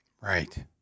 Right